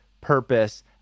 purpose